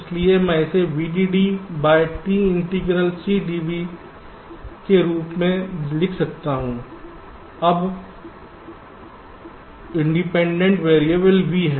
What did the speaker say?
इसलिए मैं इसे VDD by t integral C dV के रूप में लिख सकता हूं अब स्वतंत्र चर V है